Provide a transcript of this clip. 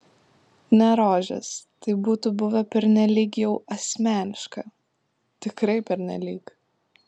ne rožės tai būtų buvę pernelyg jau asmeniška tikrai pernelyg